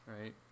right